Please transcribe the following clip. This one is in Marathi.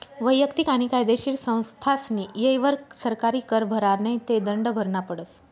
वैयक्तिक आणि कायदेशीर संस्थास्नी येयवर सरकारी कर भरा नै ते दंड भरना पडस